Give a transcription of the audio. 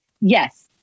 Yes